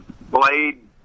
blade